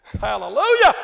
Hallelujah